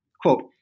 quote